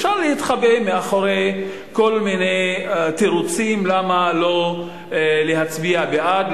אפשר להתחבא מאחורי כל מיני תירוצים למה לא להצביע בעד,